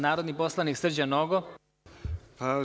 Narodni poslanik Srđan Nogo.